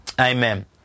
Amen